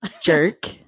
Jerk